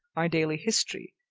our daily history,